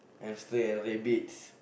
hamster and rabbits